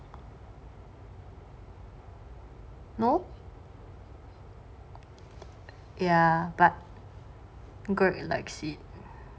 no ya but girl likes it